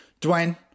Dwayne